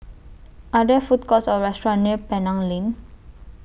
Are There Food Courts Or restaurants near Penang Lane